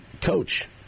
coach